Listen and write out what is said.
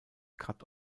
cut